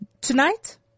tonight